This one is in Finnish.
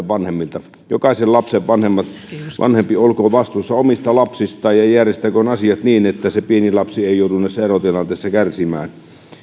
vanhemmilta jokaisen lapsen vanhempi olkoon vastuussa omista lapsistaan ja järjestäköön asiat niin että se pieni lapsi ei joudu näissä erotilanteissa kärsimään